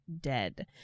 dead